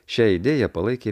šią idėją palaikė